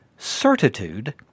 Certitude